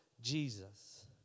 Jesus